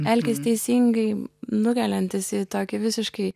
elkis teisingai nukeliantis į tokį visiškai